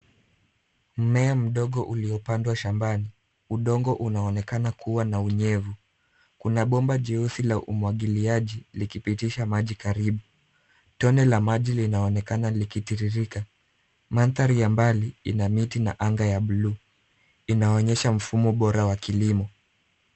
Mmea mdogo uliopandwa shambani. Udongo unaonekana kuwa na unyevu. Kuna bomba jeusi la umwagiliaji likipitisha maji karibu. Tone la maji linaonekana likitiririka. Mandhari ya mbali ina miti na anga ya buluu, inaonyesha mfumo bora wa kilimo.